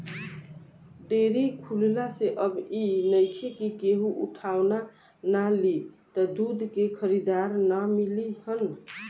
dairy खुलला से अब इ नइखे कि केहू उठवाना ना लि त दूध के खरीदार ना मिली हन